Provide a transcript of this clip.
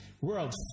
World